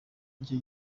icyo